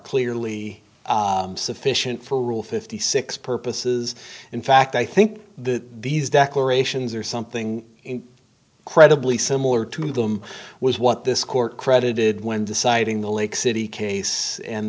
clearly sufficient for rule fifty six purposes in fact i think that these declarations are something credibly similar to them was what this court credited when deciding the lake city case and